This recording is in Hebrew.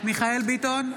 מיכאל מרדכי ביטון,